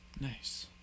Nice